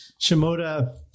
Shimoda